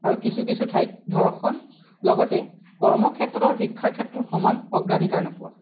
আৰু কিছু কিছু ঠাইত ধৰ্ষণ লগতে কৰ্ম ক্ষেত্ৰত আৰু শিক্ষাৰ ক্ষেত্ৰত সমান অগ্ৰাধিকাৰ নোপোৱা